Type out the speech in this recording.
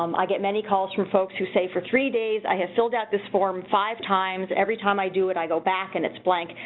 um i get many calls from folks who say for three days. i have filled out this form five times. every time i do it, i go back in its blank.